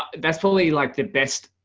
that's totall like the best.